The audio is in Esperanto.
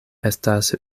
estas